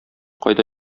кайда